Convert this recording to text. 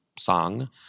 Song